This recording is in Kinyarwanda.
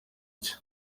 nshya